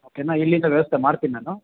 ಓಕೆನಾ ಇಲ್ಲಿಂದ ವ್ಯವಸ್ಥೆ ಮಾಡ್ತೀನಿ ನಾನು